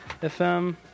fm